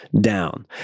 down